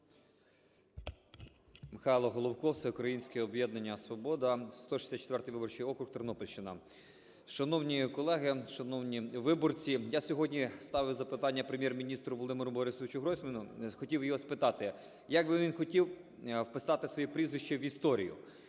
Михайло Головко, Всеукраїнське об'єднання "Свобода", 164 виборчий округ, Тернопільщина. Шановні колеги, шановні виборці! Я сьогодні ставив запитання Прем’єр-міністру Володимиру Борисовичу Гройсману, хотів його спитати, як би він хотів вписати своє прізвище в історію,